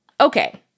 okay